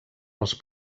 els